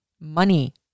money